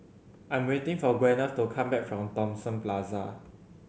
I am waiting for Gwyneth to come back from Thomson Plaza